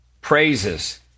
praises